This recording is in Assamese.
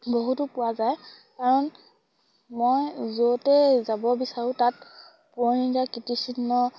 বহুতো পোৱা যায় কাৰণ মই য'তে যাব বিচাৰোঁ তাত পুৰণি কীৰ্তিচিহ্ন